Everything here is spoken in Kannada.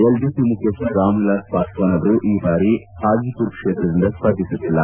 ಎಲ್ಜಿಪಿ ಮುಖ್ಯಸ್ನ ರಾಮ್ಎಲಾಸ್ ಪಾದ್ನಾನ್ ಅವರು ಈ ಬಾರಿ ಹಾಣಿಸುರ್ ಕ್ಷೇತ್ರದಿಂದ ಸ್ಪರ್ಧಿಸುತ್ತಿಲ್ಲ